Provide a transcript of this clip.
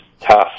tough